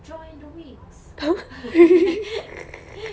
join the winx